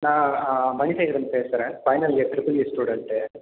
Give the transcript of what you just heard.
நான் மணிசேகரன் பேசுகிறேன் final year triple E student